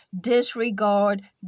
disregard